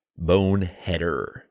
boneheader